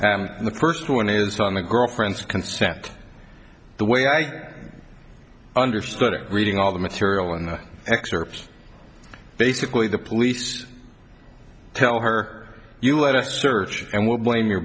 the first one is from my girlfriend's consent the way i understood her reading all the material in the excerpt basically the police tell her you let us search and we'll blame your